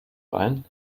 wein